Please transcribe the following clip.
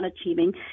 achieving